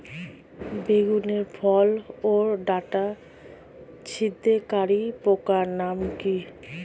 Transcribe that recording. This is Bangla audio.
বেগুনের ফল ওর ডাটা ছিদ্রকারী পোকার নাম কি?